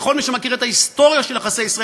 וכל מי שמכיר את ההיסטוריה של יחסי ישראל